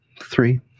Three